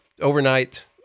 overnight